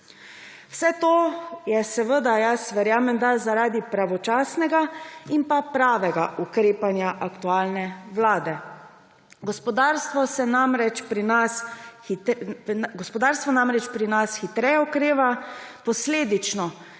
Vse to je seveda, verjamem da, zaradi pravočasnega in pravega ukrepanja aktualne vlade. Gospodarstvo namreč pri nas hitreje okreva, posledično